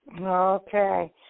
Okay